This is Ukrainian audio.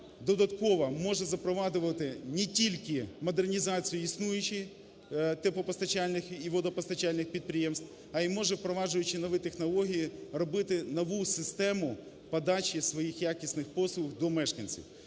додатково може запроваджувати не тільки модернізацію існуючих теплопостачальних і водопостачальних підприємств, а й може, впроваджуючи нові технології, робити нову систему подачу своїх якісних послуг до мешканців.